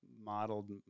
modeled